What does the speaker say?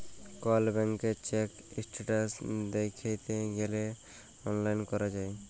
call ব্যাংকের check status দ্যাইখতে গ্যালে অললাইল ক্যরা যায়